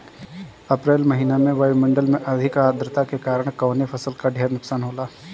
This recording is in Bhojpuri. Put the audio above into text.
अप्रैल महिना में वायु मंडल में अधिक आद्रता के कारण कवने फसल क ढेर नुकसान होला?